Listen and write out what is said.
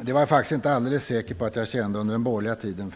Det är jag faktiskt inte alldeles säker på att jag kände under den borgerliga tiden.